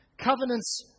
Covenants